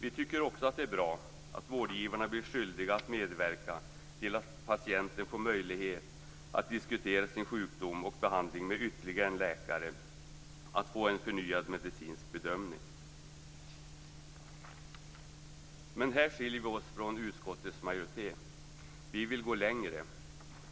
Vi tycker också att det är bra att vårdgivarna blir skyldiga att medverka till att patienten får möjlighet att diskutera sin sjukdom och behandling med ytterligare en läkare, att få en förnyad medicinsk bedömning. Här skiljer vi oss från utskottets majoritet. Vi vill gå längre.